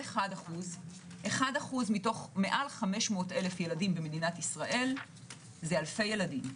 1% מתוך מעל 500,000 ילדים במדינת ישראל זה אלפי ילדים.